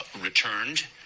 returned